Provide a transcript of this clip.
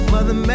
Mother